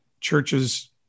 churches